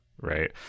right